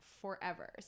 forever